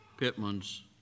Pittman's